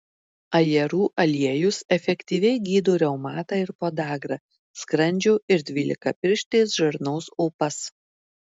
ajerų aliejus efektyviai gydo reumatą ir podagrą skrandžio ir dvylikapirštės žarnos opas